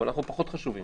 אבל אנחנו פחות חשובים,